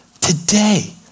today